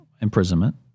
imprisonment